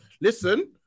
Listen